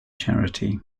charity